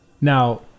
Now